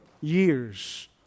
years